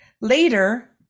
later